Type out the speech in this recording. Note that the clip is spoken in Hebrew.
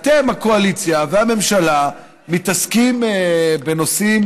אתם הקואליציה והממשלה מתעסקים בנושאים